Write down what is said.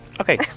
Okay